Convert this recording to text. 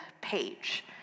page